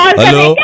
Hello